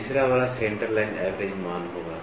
तीसरा वाला centre line average मान होगा